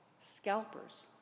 scalpers